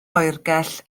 oergell